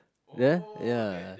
there ya